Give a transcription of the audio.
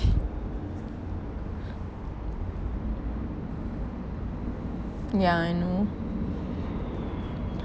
yeah I know